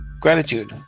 Gratitude